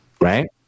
right